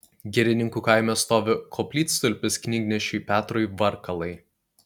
girininkų kaime stovi koplytstulpis knygnešiui petrui varkalai